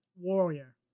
warrior